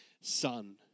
son